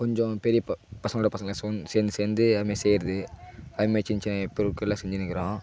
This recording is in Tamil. கொஞ்சம் பெரிய ப பசங்களோடய பசங்களா சோந் சேர்ந்து சேர்ந்து அதுமாரி செய்கிறது அதுமாரி சின்னச்சின்ன பொருட்கள்லாம் செஞ்சின்னுருக்கிறோம்